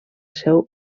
seu